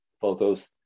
photos